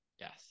Yes